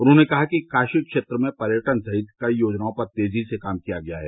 उन्होंने कहा कि काशी क्षेत्र में पर्यटन सहित कई योजनाओं पर तेजी से काम किया गया है